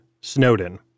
Snowden